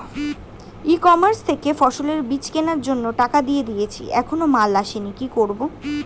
ই commerce থেকে ফসলের বীজ কেনার জন্য টাকা দিয়ে দিয়েছি এখনো মাল আসেনি কি করব?